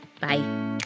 Bye